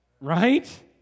Right